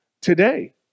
today